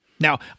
Now